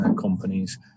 companies